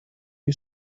you